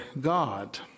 God